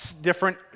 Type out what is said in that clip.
different